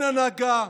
אין הנהגה.